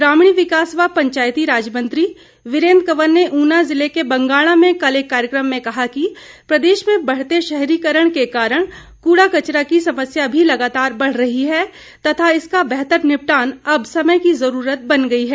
ग्रामीण विकास व पंचायती राज मंत्री वीरेंद्र कंवर ने ऊना जिले के बंगाणा में कल एक कार्यक्रम में कहा कि प्रदेश में बढ़ते शहरीकरण के कारण कूडा कचरा की समस्या भी लगातार बढ़ रही है तथा इसका बेहतर निपटान अब समय की जरूरत बन गई है